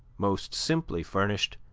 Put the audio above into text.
most simply furnished,